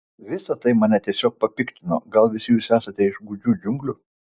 visa tai mane tiesiog papiktino gal visi jūs esate iš gūdžių džiunglių